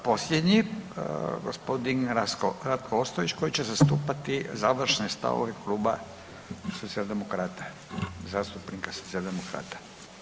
I posljednji gospodin Rajko Ostojić koji će zastupati završne stavove Kluba socijaldemokrata i zastupnika socijaldemokrata.